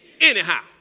Anyhow